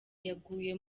yaguye